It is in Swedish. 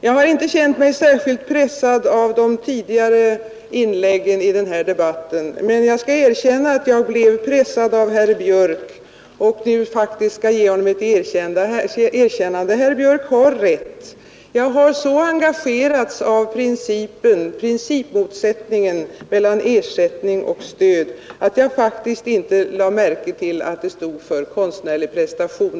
Jag har inte känt mig särskilt pressad av de tidigare inläggen i den här debatten, men jag skall erkänna att jag blev pressad av herr Björk och skall faktiskt ge honom ett erkännande. Herr Björk har rätt. Jag har så engagerats av principmotsättningen mellan ersättning och stöd att jag faktiskt inte lade märke till att det stod ”för konstnärlig prestation”.